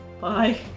Bye